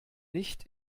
nicht